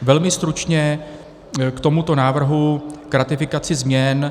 Velmi stručně k tomuto návrhu, k ratifikaci změn.